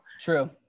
True